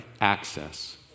access